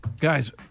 Guys